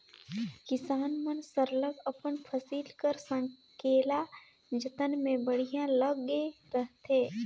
किसान मन सरलग अपन फसिल कर संकेला जतन में बड़िहा लगे रहथें